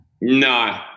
No